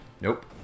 Nope